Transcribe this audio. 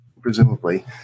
presumably